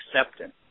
acceptance